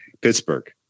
Pittsburgh